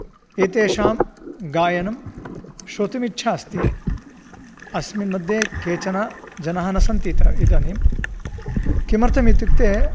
एतेषां गायनं श्रोतुमिच्छा अस्ति अस्मिन् मध्ये केचन जनाः न सन्ति इदानीं किमर्थं इत्युक्ते